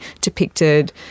depicted